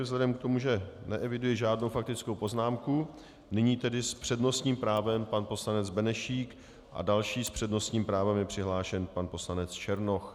Vzhledem k tomu, že neeviduji žádnou faktickou poznámku, nyní tedy s přednostním právem pan poslanec Benešík a jako další s přednostním právem je přihlášen pan poslanec Černoch.